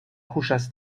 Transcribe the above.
kuŝas